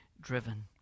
driven